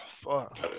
fuck